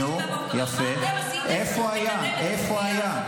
נו, יפה, איפה היה?